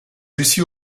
lucie